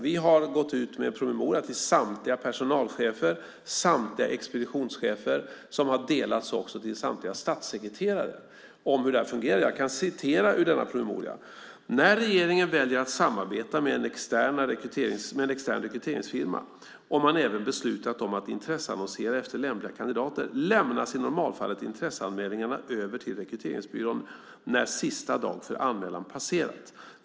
Vi har gått ut med en promemoria om hur det här fungerar till samtliga personalchefer och samtliga expeditionschefer. Promemorian har också delats till samtliga statssekreterare. Jag kan citera ur denna promemoria: "När regeringen väljer att samarbeta med en externa rekryteringsfirma och man även beslutat om att intresseannonsera efter lämpliga kandidater lämnas i normalfallet intresseanmälningarna över till rekryteringsbyrån när sista dag för anmälan passerat.